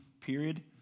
Period